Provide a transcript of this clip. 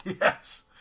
Yes